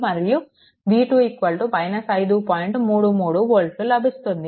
33 వోల్ట్లు లభిస్తుంది